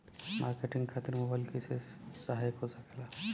Marketing खातिर mobile कइसे सहायक हो सकेला?